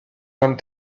ont